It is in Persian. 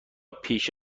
پیش